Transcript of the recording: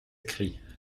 écrit